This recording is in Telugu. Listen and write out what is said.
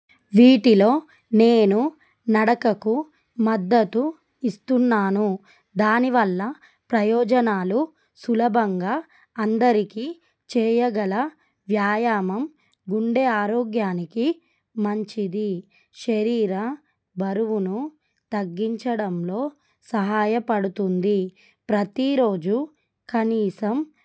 వీటిలో నేను నడకకు మద్దతు ఇస్తున్నాను దానివల్ల ప్రయోజనాలు సులభంగా అందరికీ చేయగల వ్యాయామం గుండె ఆరోగ్యానికి మంచిది శరీర బరువును తగ్గించడంలో సహాయపడుతుంది ప్రతీరోజు కనీసం